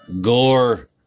Gore